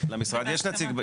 למשרד יש נציג.